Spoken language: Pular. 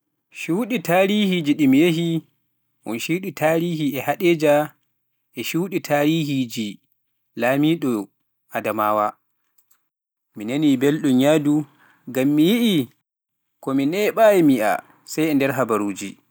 Cuuɗi taariiji ɗi mi yahi, ɗum cuuɗi taariihi e Haɗeeja e cuuɗi taarihiiji Adamaawa, mi nanii belɗum yahdu, ngam mi yahii, ko mi neeɓaayi mi yi'a sey e nder habaruuji.